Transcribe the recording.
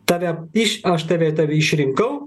tave iš aš tave tave išrinkau